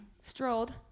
strolled